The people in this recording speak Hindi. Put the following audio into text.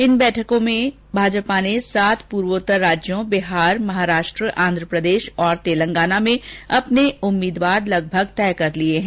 इन बैठकों में भाजपा ने सात पूर्वात्तर राज्यों बिहार महाराष्ट्र आंध्रप्रदेश और तेलंगाना में अपने उम्मीदवार लगभग तय कर लिए हैं